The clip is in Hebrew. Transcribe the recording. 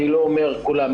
אני לא אומר כולו,